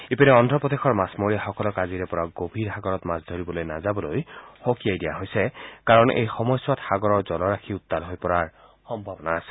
ইপিনে অন্ধ্ৰ প্ৰদেশৰ মাছমৰীয়াসকলক আজিৰে পৰা গভীৰ সাগৰত মাছ ধৰিবলৈ নাযাবলৈ সকীয়াই দিয়া হৈছে কাৰণ এই সময়ছোৱাত সাগৰৰ জলৰাশি উত্তাল হৈ পৰাৰ সম্ভাৱনা আছে